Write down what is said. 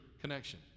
connection